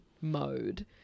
mode